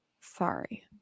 Sorry